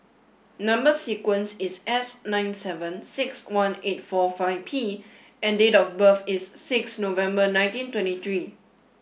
number sequence is S nine seven six one eight four five P and date of birth is six November nineteen twenty three